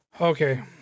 okay